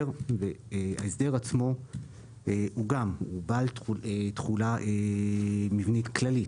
ההסדר עצמו הוא בעל תחולה מבנית כללית.